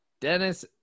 Dennis